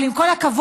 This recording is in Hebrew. אבל עם כל הכבוד,